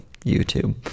YouTube